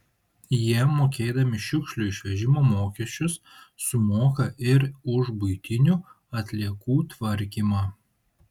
jie mokėdami šiukšlių išvežimo mokesčius sumoka ir už buitinių atliekų tvarkymą